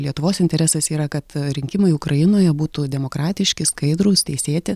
lietuvos interesas yra kad rinkimai ukrainoje būtų demokratiški skaidrūs teisėti